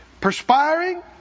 perspiring